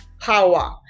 power